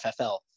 FFL